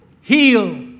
heal